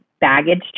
baggage